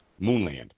Moonland